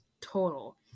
total